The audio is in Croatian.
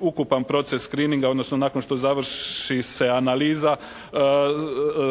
ukupan proces screeninga odnosno nakon što završi se analiza